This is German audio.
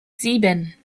sieben